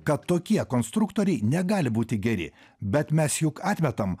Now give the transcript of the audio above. kad tokie konstruktoriai negali būti geri bet mes juk atmetam